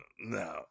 No